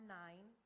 nine